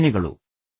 ವಂದನೆಗಳು